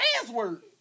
password